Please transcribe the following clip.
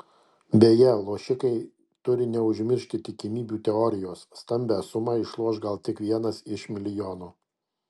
beje lošikai turi neužmiršti tikimybių teorijos stambią sumą išloš gal tik vienas iš milijono